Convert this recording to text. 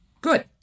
Good